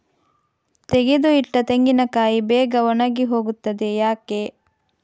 ತೆಗೆದು ಇಟ್ಟ ತೆಂಗಿನಕಾಯಿ ಬೇಗ ಒಣಗಿ ಹೋಗುತ್ತದೆ ಯಾಕೆ?